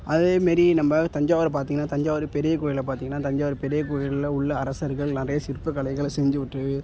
அதே மாரி நம்ம தஞ்சாவூரை பார்த்திங்கன்னா தஞ்சாவூர் பெரிய கோயில் பார்த்திங்கன்னா தஞ்சாவூர் பெரிய கோயிலில் உள்ள அரசர்கள் நிறைய சிற்பக்கலைகளை செஞ்சுவிட்டு